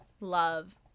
love